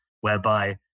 whereby